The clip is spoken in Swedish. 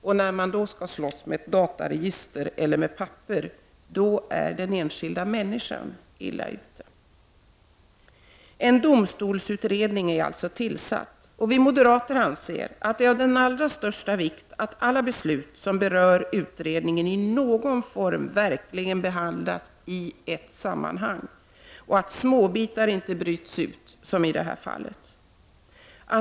Men när man skall slåss med ett dataregister eller med papper, då är den enskilda människan illa ute. En domstolsutredning är tillsatt. Vi moderater anser att det är av den allra största vikt att alla beslut som berör utredningen i någon form verkligen behandlas i ett sammanhang och att inte småbitar bryts ut som i detta fall.